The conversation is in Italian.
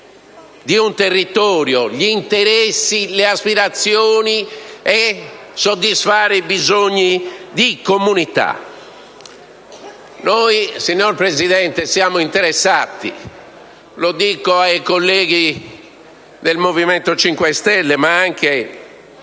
di un territorio, gli interessi e le aspirazioni e soddisfare i bisogni di comunità? Signor Presidente, noi siamo interessati, ma - lo dico ai colleghi del Gruppo Movimento 5 Stelle, ma anche agli